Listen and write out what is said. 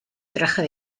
traje